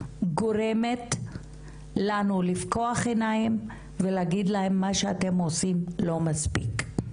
גורמת לנו לפקוח עיניים ולהגיד להם מה שאתם עושים לא מספיק.